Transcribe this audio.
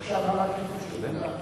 בבקשה, נא לקרוא את השאילתא.